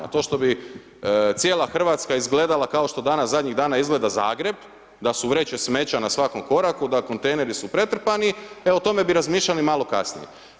A to što bi cijela Hrvatska izgledala kao što danas zadnjih dana izgleda Zagreb da su vreće smeća na svakom koraku, da kontejneri su pretrpani, evo o tome bi razmišljali malo kasnije.